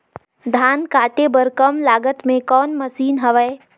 धान काटे बर कम लागत मे कौन मशीन हवय?